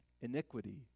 iniquity